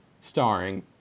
starring